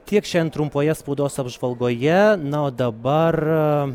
tiek šiandien trumpoje spaudos apžvalgoje na o dabar